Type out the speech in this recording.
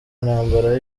intambara